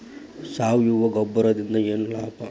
ಸಾವಯವ ಗೊಬ್ಬರದಿಂದ ಏನ್ ಲಾಭ?